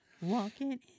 walking